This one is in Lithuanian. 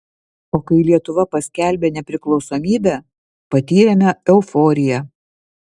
o kai lietuva paskelbė nepriklausomybę patyrėme euforiją